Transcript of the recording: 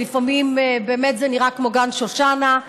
שלפעמים נראה כמו גן שושנה,